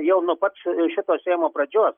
jau nuo pat š šito seimo pradžios